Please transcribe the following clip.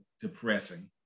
depressing